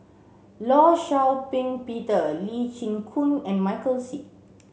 Law Shau Ping Peter Lee Chin Koon and Michael Seet